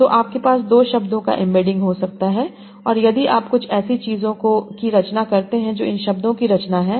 तो आपके पास दो शब्दों का एम्बेडिंग हो सकता है और यदि आप कुछ ऐसी चीज़ों की रचना करते हैं जो इन शब्दों की रचना है